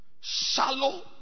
shallow